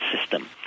system